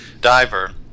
diver